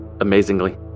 Amazingly